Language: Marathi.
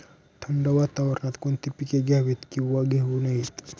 थंड वातावरणात कोणती पिके घ्यावीत? किंवा घेऊ नयेत?